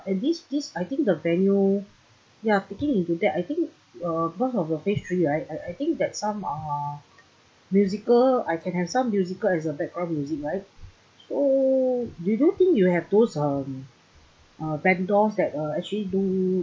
and this this I think the venue ya picking into that I think uh because of the phase three right I I think that some uh musical I can have some musical as the background music right so do you think you have those um uh vendors that uh actually do